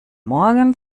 morgen